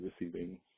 receiving